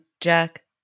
Jack